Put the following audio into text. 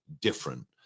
different